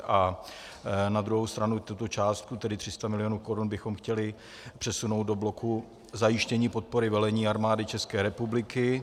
A na druhou stranu tuto částku, tedy 300 mil. korun, bychom chtěli přesunout do bloku zajištění podpory velení Armády České republiky.